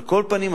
על כל פנים,